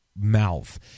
mouth